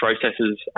processes